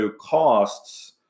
costs